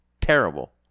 Terrible